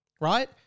right